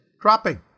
dropping